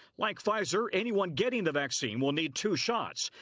like pfizer anyone getting the vaccine will need two shots.